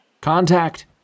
Contact